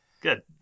Good